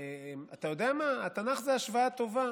יודע מה, התנ"ך הוא השוואה טובה.